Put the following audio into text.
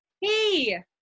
hey